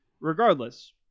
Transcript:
regardless